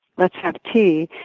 let's have tea,